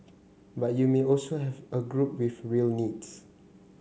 but you may also have a group with real needs